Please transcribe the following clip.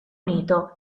unito